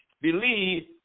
believe